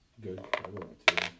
Good